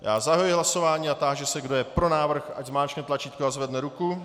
Já zahajuji hlasování a táži se, kdo je pro návrh, ať zmáčkne tlačítko a zvedne ruku.